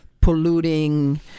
polluting